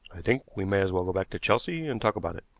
i think we may as well go back to chelsea and talk about it.